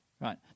right